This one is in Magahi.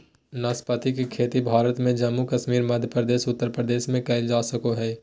नाशपाती के खेती भारत में जम्मू कश्मीर, मध्य प्रदेश, उत्तर प्रदेश में कइल जा सको हइ